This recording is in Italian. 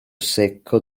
secco